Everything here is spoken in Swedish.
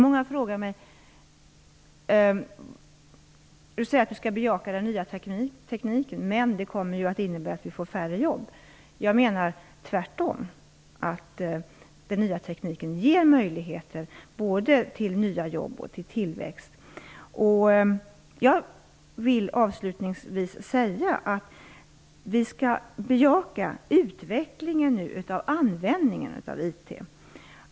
Många säger till mig: "Du säger att du skall bejaka den nya tekniken, men det kommer ju att innebära att vi får färre jobb." Jag menar tvärtom att den nya tekniken ger möjligheter, både till nya jobb och till tillväxt. Jag vill avslutningsvis säga att vi nu skall bejaka utvecklingen av användningen av IT.